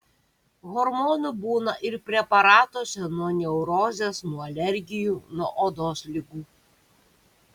hormonų būna ir preparatuose nuo neurozės nuo alergijų nuo odos ligų